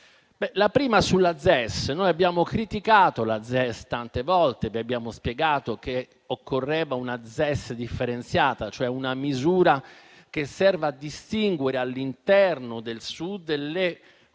La prima riguarda la ZES. Noi abbiamo criticato la ZES tante volte e vi abbiamo spiegato che occorreva una ZES differenziata, cioè una misura per distinguere, all'interno del Sud, le aree